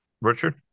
richard